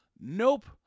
Nope